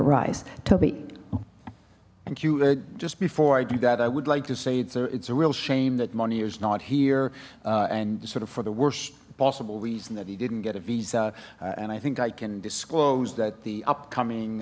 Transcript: you just before i do that i would like to say it's a it's a real shame that money is not here and sort of for the worst possible reason that he didn't get a visa and i think i can disclose that the upcoming